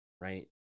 right